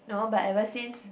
you know but ever since